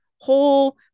whole